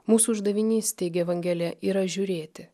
mūsų uždavinys teigė evangelija yra žiūrėti